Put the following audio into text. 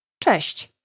Cześć